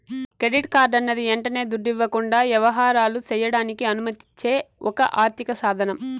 credit కార్డన్నది యంటనే దుడ్డివ్వకుండా యవహారాలు సెయ్యడానికి అనుమతిచ్చే ఒక ఆర్థిక సాదనం